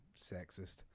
sexist